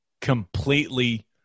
Completely